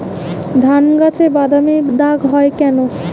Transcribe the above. ধানগাছে বাদামী দাগ হয় কেন?